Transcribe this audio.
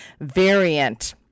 variant